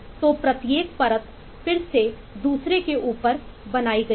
तो प्रत्येक परत फिर से दूसरे के ऊपर बनाई गई है